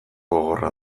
gogorra